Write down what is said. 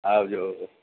આવજો